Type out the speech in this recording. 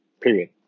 Period